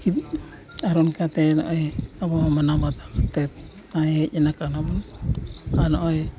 ᱟᱨ ᱚᱱᱠᱟᱛᱮ ᱱᱚᱜᱼᱚᱸᱭ ᱟᱵᱚ ᱢᱟᱱᱟᱣ ᱠᱟᱛᱮᱫ ᱛᱟᱦᱮᱸ ᱠᱟᱱᱟᱠᱚ ᱟᱨ ᱱᱚᱜᱼᱚᱸᱭ